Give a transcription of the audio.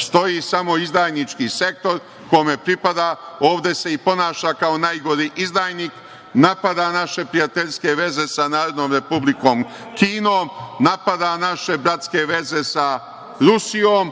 stoji samo izdajnički sektor kome pripada, ovde se i ponaša kao najgori izdajnik, napada naše prijateljske veze sa Narodnom Republikom Kinom, napada naše bratske veze sa Rusijom,